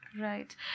Right